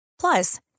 Plus